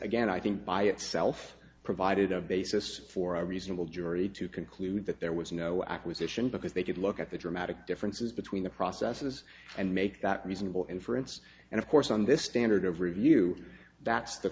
again i think by itself provided a basis for a reasonable jury to conclude that there was no acquisition because they could look at the dramatic differences between the processes and make that reasonable inference and of course on this standard of review that's the